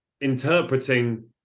interpreting